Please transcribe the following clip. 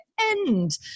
end